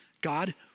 God